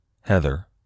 Heather